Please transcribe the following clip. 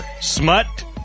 smut